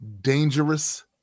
dangerous